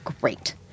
great